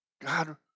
God